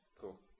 Cool